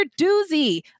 doozy